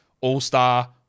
all-star